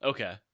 Okay